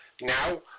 Now